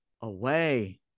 away